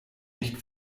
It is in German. nicht